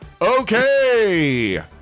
Okay